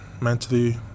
Mentally